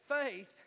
faith